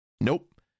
Nope